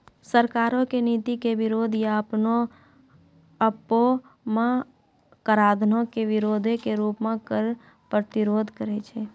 सरकारो के नीति के विरोध या अपने आपो मे कराधानो के विरोधो के रूपो मे कर प्रतिरोध करै छै